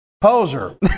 poser